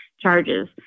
charges